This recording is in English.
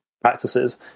practices